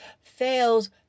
fails